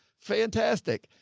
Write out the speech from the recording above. fantastic.